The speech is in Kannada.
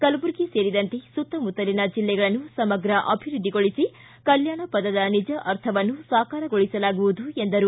ಕಲಬುರಗಿ ಸೇರಿದಂತೆ ಸುತ್ತಮುತ್ತಲಿನ ಜಿಲ್ಲೆಗಳನ್ನು ಸಮಗ್ರ ಅಭಿವೃದ್ದಿಗೊಳಿಸಿ ಕಲ್ಕಾಣ ಪದದ ನಿಜ ಅರ್ಥವನ್ನು ಸಾಕಾರಗೊಳಿಸಲಾಗುವುದು ಎಂದರು